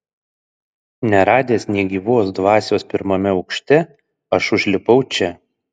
neradęs nė gyvos dvasios pirmame aukšte aš užlipau čia